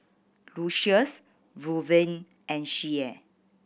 Lucious Luverne and Shea